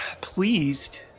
pleased